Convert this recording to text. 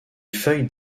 feuilles